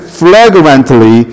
flagrantly